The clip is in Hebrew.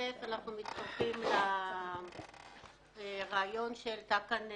אנחנו מצטרפים לרעיון שהעלית כאן,